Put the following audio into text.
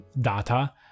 data